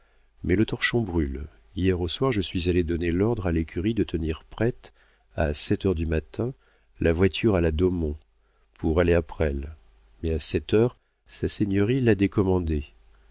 mais le torchon brûle hier au soir je suis allé donner l'ordre à l'écurie de tenir prête à sept heures du matin la voiture à la daumont pour aller à presles mais à sept heures sa seigneurie l'a décommandée